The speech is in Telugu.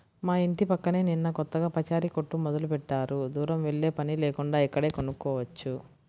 మా యింటి పక్కనే నిన్న కొత్తగా పచారీ కొట్టు మొదలుబెట్టారు, దూరం వెల్లేపని లేకుండా ఇక్కడే కొనుక్కోవచ్చు